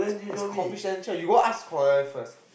it's confidential you go ask Claudia first